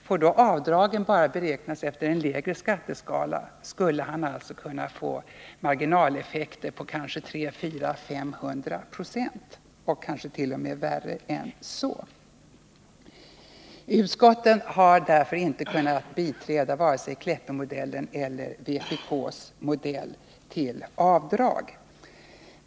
Får då avdragen bara beräknas efter en lägre skatteskala skulle han kunna få marginaleffekter på 300-400-500 96 och kanske t.o.m. värre än så. Utskottet har därför inte kunnat biträda vare sig Kleppemodellen eller vpk:s modell för avdrag.